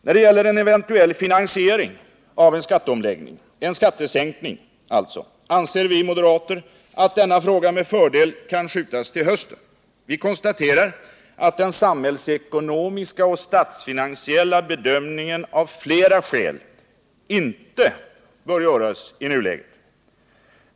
När det gäller en eventuell finansiering av en skatteomläggning, alltså en skattesänkning, anser vi moderater att denna fråga med fördel kan skjutas upp till hösten. Vi konstaterar att den samhällsekonomiska och statsfinansiella bedömningen av flera skäl inte bör göras i nuläget.